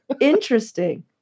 interesting